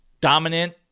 dominant